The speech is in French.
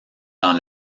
dans